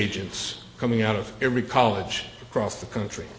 agents coming out of every college across the country